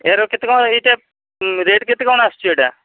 ଏହାର କେତେ କ'ଣ ଏଇଟା ରେଟ୍ କେତେ କ'ଣ ଆସୁଛି ଏଇଟା